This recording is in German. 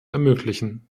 ermöglichen